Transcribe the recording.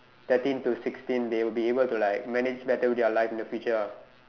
thirteen to sixteen they would be able to like manage better with their life in the future lah